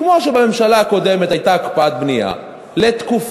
כמו שבממשלה הקודמת הייתה הקפאת בנייה לתקופה